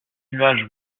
nuages